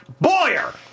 Boyer